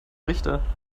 richter